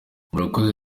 murakoze